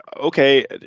okay